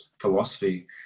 philosophy